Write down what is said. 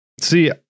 See